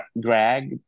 Greg